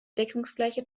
deckungsgleiche